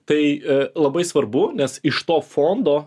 tai labai svarbu nes iš to fondo